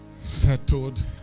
settled